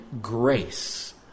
grace